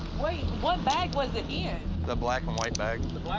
wait. what bag was it in? the black and white bag.